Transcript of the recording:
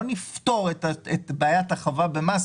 לא בהכנסה בתשואות אחרי מיסוי ולפני מיסוי,